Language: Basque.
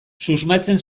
susmatzen